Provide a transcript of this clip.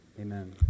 Amen